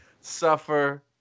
Suffer